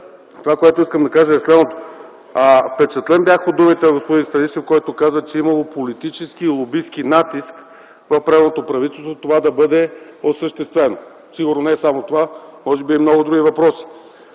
Това, което искам да кажа, е следното. Впечатлен бях от думите на господин Станишев, който каза, че имало политически и лобистки натиск в предното правителство това да бъде осъществено. Сигурно не само това, а може би и много други въпроси.